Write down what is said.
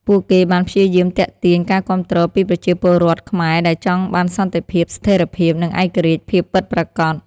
ពួកគេបានព្យាយាមទាក់ទាញការគាំទ្រពីប្រជាពលរដ្ឋខ្មែរដែលចង់បានសន្តិភាព ស្ថិរភាព និងឯករាជ្យភាពពិតប្រាកដ។